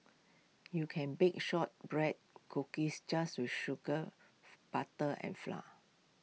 you can bake Shortbread Cookies just with sugar butter and flour